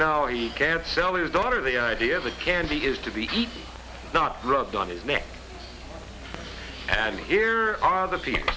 now he can't sell his daughter the idea of a candy is to be rubbed on his neck and here are the people